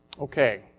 Okay